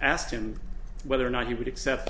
asked him whether or not he would accept